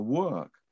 work